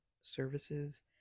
services